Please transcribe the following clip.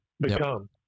become